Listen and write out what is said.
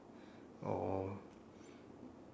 or